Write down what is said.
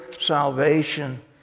salvation